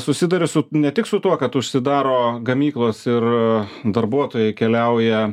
susiduria su ne tik su tuo kad užsidaro gamyklos ir darbuotojai keliauja